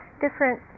different